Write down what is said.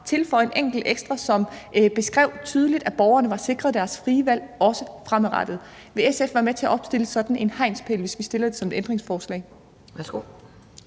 tilføje en enkelt ekstra, som tydeligt beskrev, at borgerne var sikret deres frie valg også fremadrettet. Vil SF være med til at opstille sådan en hegnspæl, hvis vi stiller det som et ændringsforslag? Kl.